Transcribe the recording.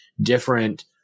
different